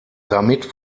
damit